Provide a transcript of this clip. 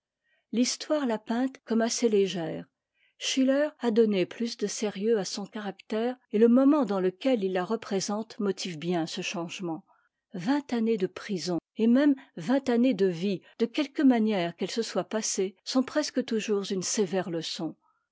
l'histoire l'a peinte comme assez légère schiller a donné plus de sérieux à son caractère et le moment dans lequel il la représente motive bien ce changement vingt années de prison et même vingt années de vie de quelque manière qu'elles se soient passées sont presque toujours une sévère leçon